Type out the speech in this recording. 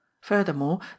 Furthermore